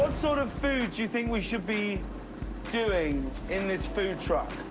ah sort of food do you think we should be doing in this food truck?